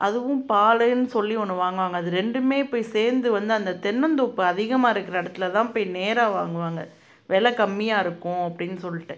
அதுவும் பாலன்னு சொல்லி ஒன்று வாங்குவாங்க அது ரெண்டுமே போய் சேர்ந்து வந்து அந்த தென்னந்தோப்பு அதிகமாக இருக்கிற இடத்துலதான் போய் நேராக வாங்குவாங்க விலை கம்மியாக இருக்கும் அப்படின் சொல்லிட்டு